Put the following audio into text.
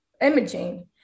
imaging